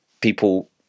people